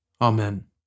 Amen